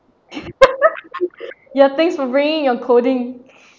ya thanks for bringing your coding